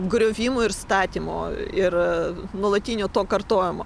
griovimo ir statymo ir nuolatinio to kartojimo